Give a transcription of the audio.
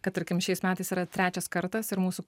kad tarkim šiais metais yra trečias kartas ir mūsų